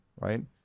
right